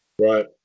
Right